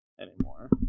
anymore